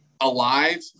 alive